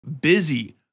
busy